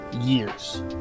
years